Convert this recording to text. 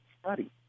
study